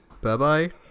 Bye-bye